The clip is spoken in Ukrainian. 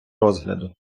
розгляду